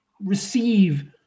receive